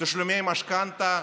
תשלומי משכנתה,